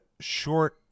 short